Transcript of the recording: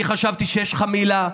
אני חשבתי שיש לך מילה.